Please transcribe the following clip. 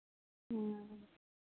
ਹਮ